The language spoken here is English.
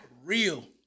real